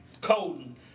Coding